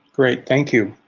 great, thank you.